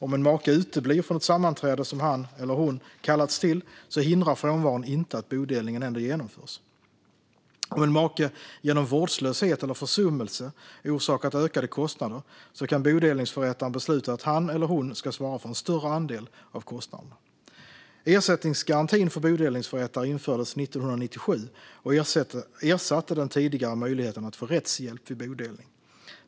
Om en make uteblir från ett sammanträde som han eller hon kallats till hindrar frånvaron inte att bodelningen ändå genomförs. Om en make genom vårdslöshet eller försummelse orsakat ökade kostnader kan bodelningsförrättaren besluta att han eller hon ska svara för en större andel av kostnaderna. Ersättningsgarantin för bodelningsförrättare infördes 1997 och ersatte den tidigare möjligheten att få rättshjälp vid bodelning.